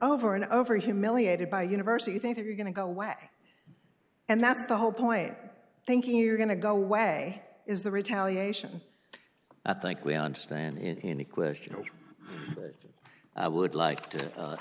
over and over humiliated by university you think that you're going to go away and that's the whole point thinking you're going to go away is the retaliation i think we understand in the question that i would like to